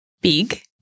big